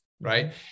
right